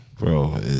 Bro